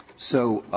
so